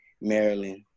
Maryland